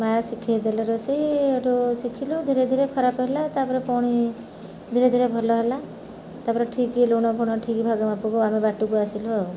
ମାଆ ଶିଖାଇ ଦେଲେ ରୋଷେଇ ଏଠୁ ଶିଖିଲୁ ଧୀରେ ଧୀରେ ଖରାପ ହେଲା ତା'ପରେ ପୁଣି ଧୀରେ ଧୀରେ ଭଲ ହେଲା ତା'ପରେ ଠିକ୍ ଲୁଣ ଫୁଣ ଠିକ୍ ଭାଗ ମାପ ଆମେ ବାଟକୁ ଆସିଲୁ ଆଉ